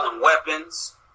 weapons